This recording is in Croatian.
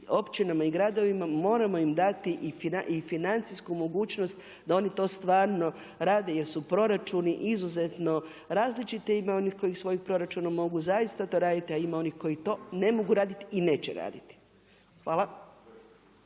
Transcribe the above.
općinama i gradovima moramo im dati i financijsku mogućnost da oni to stvarno rade jer su proračuni izuzetno različiti. Ima onih koji svojim proračuna mogu zaista to raditi, a ima onih koji to ne mogu raditi i neće raditi. Hvala.